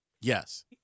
Yes